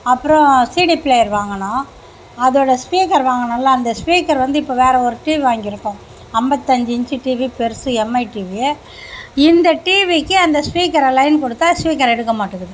அப்புறோம் CD player வாங்கினோம் அதோட ஸ்பீக்கர் வாங்கினோல்ல அந்த ஸ்பீக்கர் வந்து இப்போ வேறு ஒரு டிவி வாங்கிருக்கோம் ஐம்பத்தஞ்சி இன்ச்சு டிவி பெருசு எம்ஐ டிவி இந்த டிவிக்கு அந்த ஸ்பீக்கரை லைன் கொடுத்தா ஸ்பீக்கர் எடுக்க மாட்டுக்குது